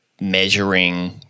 measuring